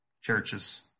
churches